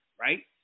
right